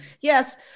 Yes